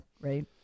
right